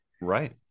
right